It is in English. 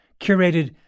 curated